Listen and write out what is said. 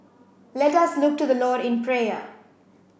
let us look to the Lord in prayer